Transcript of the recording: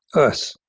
us,